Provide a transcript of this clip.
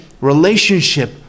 relationship